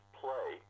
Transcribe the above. play